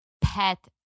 pet